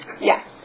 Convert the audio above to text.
Yes